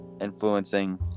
influencing